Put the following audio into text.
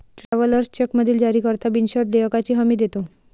travellers चेकमधील जारीकर्ता बिनशर्त देयकाची हमी देतो